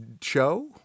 show